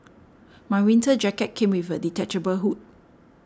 my winter jacket came with a detachable hood